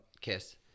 kiss